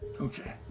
Okay